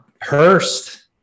Hurst